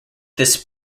this